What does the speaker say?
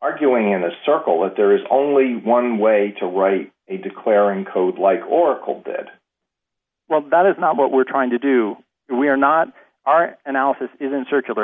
arguing in a circle that there is only one way to write a declare and code like oracle did well that is not what we're trying to do and we are not our analysis isn't circular